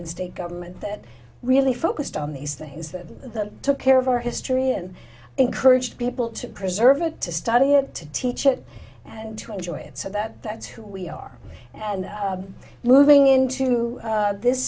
in state government that really focused on these things that took care of our history and encourage people to preserve it to study it to teach it and to enjoy it so that that's who we are and moving into this